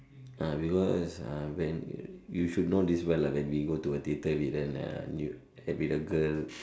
ah because ah when you should know this well lah when we go to a theatre with then uh with a girl